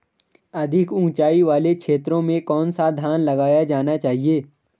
अधिक उँचाई वाले क्षेत्रों में कौन सा धान लगाया जाना चाहिए?